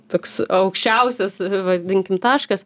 toks aukščiausias vadinkim taškas